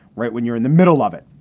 right when you're in the middle of it,